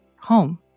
home